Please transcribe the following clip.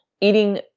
eating